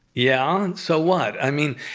yeah, so what? i mean,